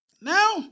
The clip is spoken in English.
Now